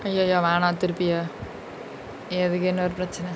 ai~ !aiyo! வேணா திருப்பியா எதுக்கு இன்னொரு பெரச்சன:vena thirupiya ethuku innoru perachana